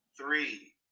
three